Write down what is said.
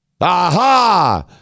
Aha